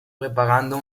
preparando